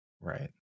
Right